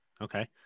okay